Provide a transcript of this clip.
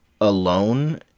alone